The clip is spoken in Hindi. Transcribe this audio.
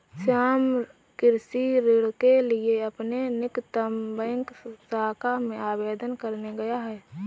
श्याम कृषि ऋण के लिए अपने निकटतम बैंक शाखा में आवेदन करने गया है